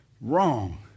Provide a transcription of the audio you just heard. Wrong